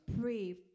pray